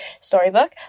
storybook